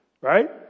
Right